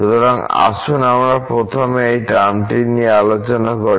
সুতরাং আসুন আমরা প্রথমে এই টার্মটি নিয়ে আলোচনা করি